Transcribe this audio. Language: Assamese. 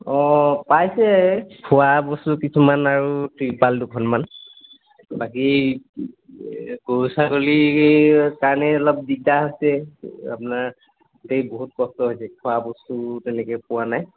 অঁ পাইছে খোৱাবস্তু কিছুমান আৰু তিৰ্পাল দুখনমান বাকী গৰু ছাগলী কাৰণেই অলপ দিগদাৰ হৈছে আপোনাৰ গোটেই বহুত কষ্ট হৈছে খোৱাবস্তু তেনেকৈ পোৱা নাই